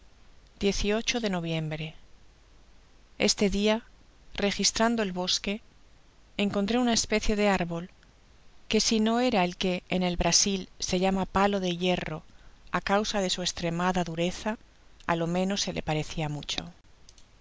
xviii de noviembre este dia registrando el bosque encontré una especie de árbol que si no era el que en el brasil se uáma palo de hierro á causa de su es tremada dureza á lo menos se le parecia mucho